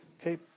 Okay